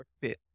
fit